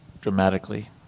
dramatically